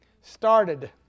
started